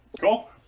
Cool